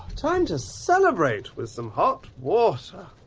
time to celebrate with some hot water!